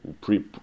pre